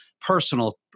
personal